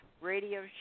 radio